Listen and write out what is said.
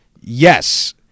Yes